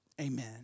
Amen